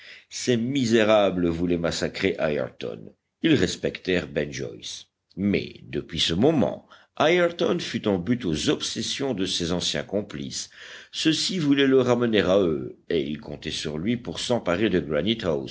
ces misérables voulaient massacrer ayrton ils respectèrent ben joyce mais depuis ce moment ayrton fut en butte aux obsessions de ses anciens complices ceux-ci voulaient le ramener à eux et ils comptaient sur lui pour s'emparer de